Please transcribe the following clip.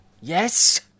Yes